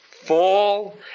fall